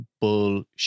bullshit